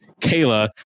Kayla